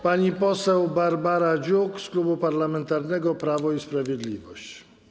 Pani poseł Barbara Dziuk z Klubu Parlamentarnego Prawo i Sprawiedliwość.